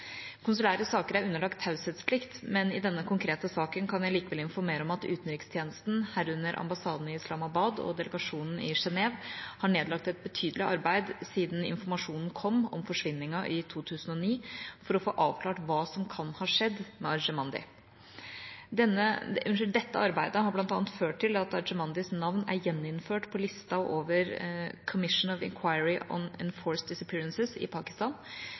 Konsulære saker er underlagt taushetsplikt, men i denne konkrete saken kan jeg likevel informere om at utenrikstjenesten, herunder ambassaden i Islamabad og delegasjonen i Genève, har nedlagt et betydelig arbeid siden informasjonen kom om forsvinningen i 2009, for å få avklart hva som kan ha skjedd med Arjemandi. Dette arbeidet har bl.a. ført til at Arjemandis navn er gjeninnført på listen over Commission of Inquiry on Enforced Disappearances i Pakistan,